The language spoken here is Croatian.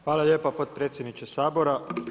Hvala lijepa potpredsjedniče Sabora.